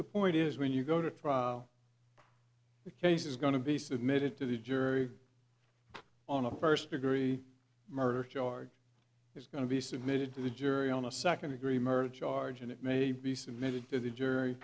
the point is when you go to the case is going to be submitted to the jury on a first degree murder charge is going to be submitted to the jury on a second degree murder charge and it may be submitted to the jury